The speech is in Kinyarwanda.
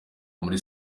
muri